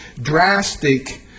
drastic